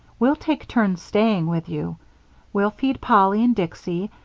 we'll take turns staying with you we'll feed polly and dicksy,